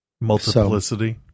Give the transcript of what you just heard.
multiplicity